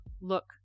Look